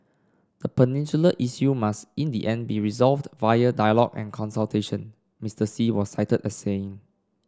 the peninsula issue must in the end be resolved via dialogue and consultation Mister Xi was cited as saying